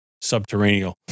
subterranean